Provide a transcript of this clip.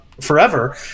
forever